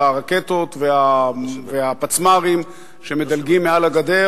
הוא יודע היטב שהרקטות והפצמ"רים שמדלגים מעל הגדר,